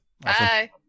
bye